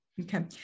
Okay